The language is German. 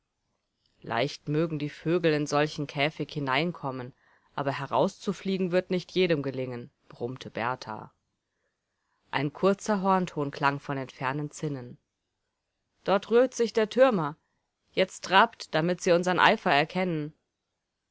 leicht mögen die vögel in solchen käfig hineinkommen aber herauszufliegen wird nicht jedem gelingen brummte berthar ein kurzer hornton klang von den fernen zinnen dort rührt sich der türmer jetzt trabt damit sie unseren eifer erkennen